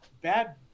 bad